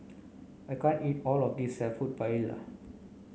I can't eat all of this Seafood Paella